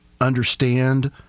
understand